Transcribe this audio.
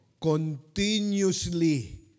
continuously